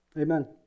Amen